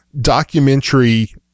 documentary